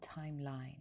timeline